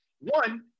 One